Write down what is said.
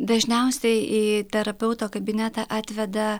dažniausiai į terapeuto kabinetą atveda